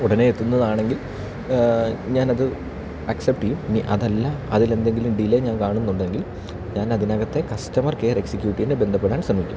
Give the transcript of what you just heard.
ഉടനെ എത്തുന്നതാണെങ്കിൽ ഞാനത് ആക്സപ്റ്റ് ചെയ്യും ഇനി അതല്ല അതിലെന്തങ്കിലും ഡിലേ ഞാൻ കാണുന്നുണ്ടെങ്കിൽ ഞാൻ അതിനകത്തെ കസ്റ്റമർ കെയർ എക്സിക്യൂട്ടീവിനെ ബന്ധപ്പെടാൻ ശ്രമിക്കും